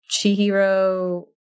Chihiro